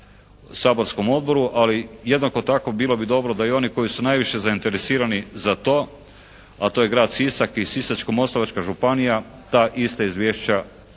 saborskom odboru, ali jednako tako bilo bi dobro da i oni koji su najviše zainteresirani za to a to je grad Sisak i Sisačko-moslavačka županija ta ista izvješća